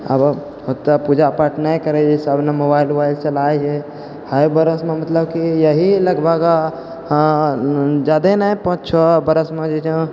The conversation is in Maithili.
आबऽ उतना पूजा पाठ नहि करैए सभ नहि मोबाइल वोबाइल चलाइ छै एहि बरसमे मतलब कि यहि लगभग ज्यादे नहि पाँच छओ बरसमे जे छौँ